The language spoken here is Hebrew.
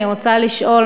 אני רוצה לשאול,